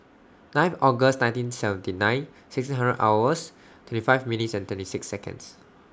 nine August nineteen seventy nine sixteen hours twenty five minutes and twenty six Seconds